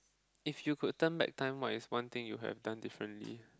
if you could turn back time what is one thing you have done differently